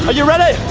but you ready?